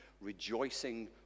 rejoicing